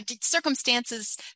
circumstances